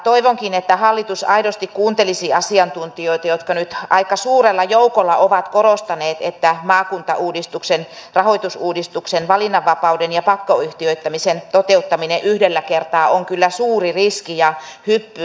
toivonkin että hallitus aidosti kuuntelisi asiantuntijoita jotka nyt aika suurella joukolla ovat korostaneet että maakuntauudistuksen rahoitusuudistuksen valinnanvapauden ja pakkoyhtiöittämisen toteuttaminen yhdellä kertaa on kyllä suuri riski ja hyppy tuntemattomaan